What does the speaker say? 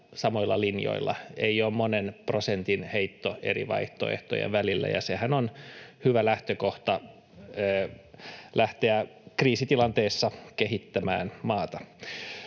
samoilla linjoilla. Ei ole monen prosentin heitto eri vaihtoehtojen välillä, ja sehän on hyvä lähtökohta lähteä kriisitilanteessa kehittämään maata.